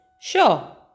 Sure